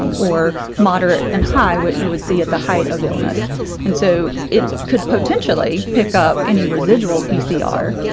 um or moderate and high what you would see at the height of illness and so it could potentially pick up any residual pcr.